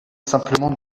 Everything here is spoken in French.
simplement